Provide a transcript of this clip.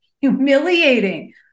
humiliating